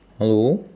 hello